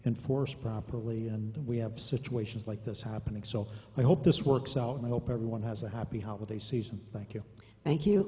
enforced properly and we have situations like this happening so i hope this works out and i hope everyone has a happy holiday season thank you you thank